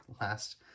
last